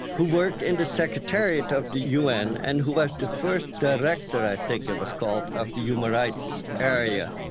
who worked in the secretariat of the un and who was the first director i think it was called of the human rights area.